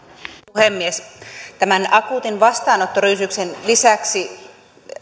puhemies tämän akuutin vastaanottoryysiksen lisäksi